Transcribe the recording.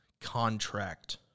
contract